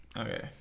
Okay